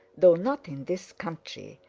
though not in this country,